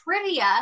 trivia